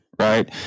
right